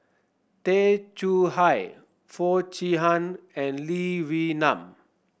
Tay Chong Hai Foo Chee Han and Lee Wee Nam